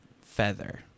feather